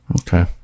Okay